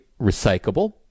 recyclable